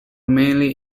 mainly